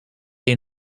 een